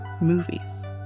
movies